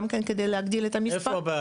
גם כן כדי להגדיל את המספר.